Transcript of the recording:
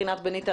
רינת בניטה,